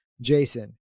Jason